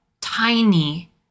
tiny